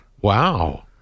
Wow